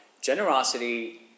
generosity